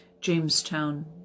jamestown